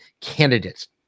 candidates